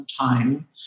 time